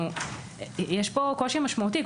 יש פה קושי משמעותי,